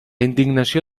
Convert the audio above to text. indignació